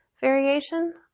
variation